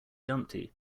dumpty